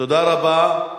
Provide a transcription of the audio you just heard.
תודה רבה.